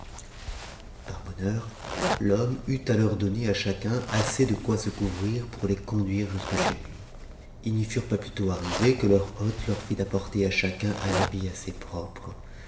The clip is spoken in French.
par bonheur l'homme eut à leur donner à chacun assez de quoi se couvrir pour les conduire jusque chez lui ils n'y furent pas plus tôt arrivés que leur hôte leur fit apporter à chacun un habit assez propre